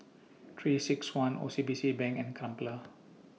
three six one O C B C Bank and Crumpler